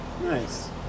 Nice